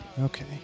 Okay